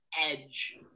edge